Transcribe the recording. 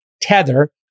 Tether